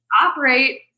operate